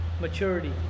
maturity